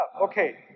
Okay